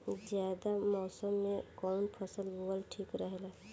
जायद मौसम में कउन फसल बोअल ठीक रहेला?